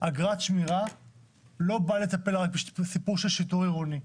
אגרת שמירה לא באה לטפל רק בסיפור של שיטור עירוני,